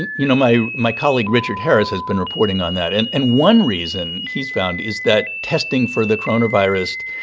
and you know, my my colleague richard harris has been reporting on that, and and one reason he's found is that testing for the coronavirus,